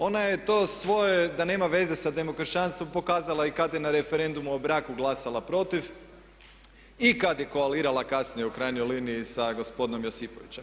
Ona je to svoje da nema veze sa demokršćanstvom pokazala i kad je na referendumu o braku glasala protiv i kad je koalirala kasnije u krajnjoj liniji sa gospodinom Josipovićem.